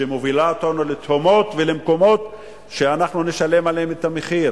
שמובילה אותנו לתהומות ולמקומות שאנחנו נשלם עליהם את המחיר.